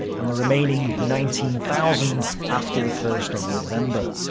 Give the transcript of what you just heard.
and the remaining nineteen thousand after the first of november.